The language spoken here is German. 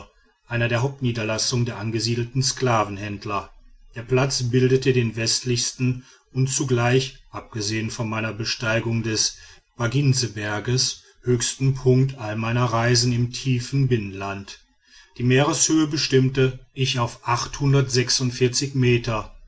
einer der hauptniederlassungen der angesiedelten sklavenhändler der platz bildet den westlichsten und zugleich abgesehen von meiner besteigung des baginseberges höchsten punkt aller meiner reisen im tiefern binnenland die meereshöhe bestimmte ich auf meter